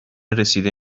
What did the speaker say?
رسیده